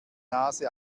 nase